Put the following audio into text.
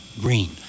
green